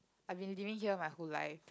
I've been living here my whole life